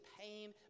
pain